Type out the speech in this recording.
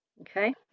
okay